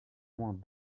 moins